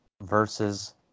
versus